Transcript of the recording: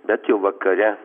bet jau vakare